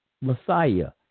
Messiah